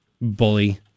Bully